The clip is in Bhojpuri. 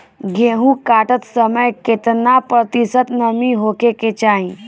गेहूँ काटत समय केतना प्रतिशत नमी होखे के चाहीं?